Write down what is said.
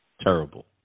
terrible